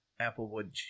applewood